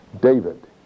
David